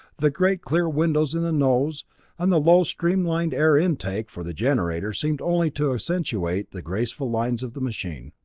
the great clear windows in the nose and the low, streamlined air intake for the generator seemed only to accentuate the graceful lines of the machine.